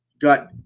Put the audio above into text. got